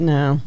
no